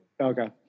Okay